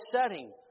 setting